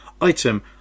Item